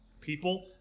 people